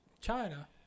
China